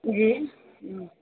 جی ہوں